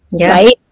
right